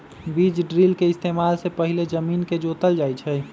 बीज ड्रिल के इस्तेमाल से पहिले जमीन के जोतल जाई छई